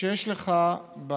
כשיש לך,